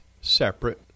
separate